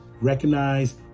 Recognize